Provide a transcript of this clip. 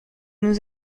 nous